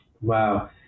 Wow